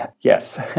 Yes